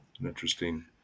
Interesting